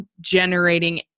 generating